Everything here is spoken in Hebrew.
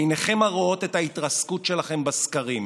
עיניכם רואות את ההתרסקות שלכם בסקרים.